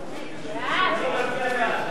הנושא לוועדת החוקה,